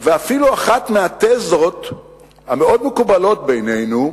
ואפילו אחת מהתזות המאוד מקובלות בעינינו,